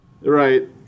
Right